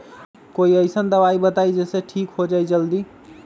कोई अईसन दवाई बताई जे से ठीक हो जई जल्दी?